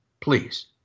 please